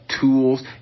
Tools